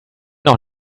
doch